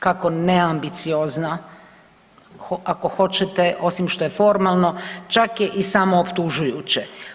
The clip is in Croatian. Kako neambiciozna ako hoćete osim što je formalno čak je i samo optužujuće.